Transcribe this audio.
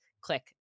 click